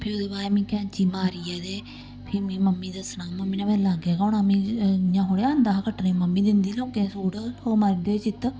फ्ही ओह्दे बाद मी कैंची मारियै ते फ्ही मी मम्मी दस्सना मम्मी ने मेरे लाग्गे गै होना मिगी इ'यां थोह्ड़े आंदा हा कट्टने मम्मी दिंदी ही लोकें दे सूट ओह् मारी ओड़दे चित्त